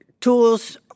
tools